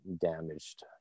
damaged